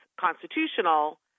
constitutional